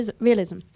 realism